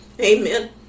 Amen